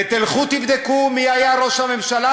ותלכו תבדקו מי היה ראש הממשלה,